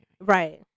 Right